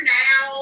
now